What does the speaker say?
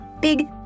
big